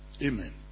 Amen